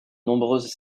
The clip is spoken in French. nombreuses